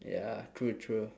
ya true true